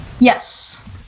Yes